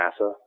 NASA